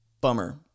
Bummer